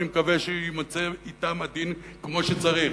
אני מקווה שימוצה אתם הדין כמו שצריך,